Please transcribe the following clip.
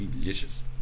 delicious